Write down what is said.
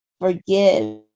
forgive